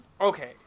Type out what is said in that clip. Okay